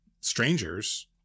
strangers